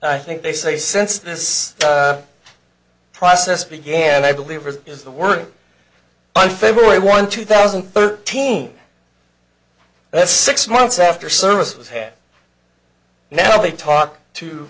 i think they say since this process began i believe is the word on february one two thousand and thirteen that six months after services had met they talk to